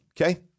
okay